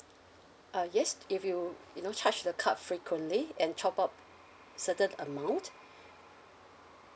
uh yes if you you know charge the card frequently and top up certain amount